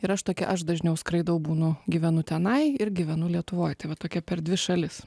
ir aš tokia aš dažniau skraidau būnu gyvenu tenai ir gyvenu lietuvoj tai va tokia per dvi šalis